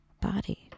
body